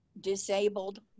disabled